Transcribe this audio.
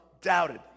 doubted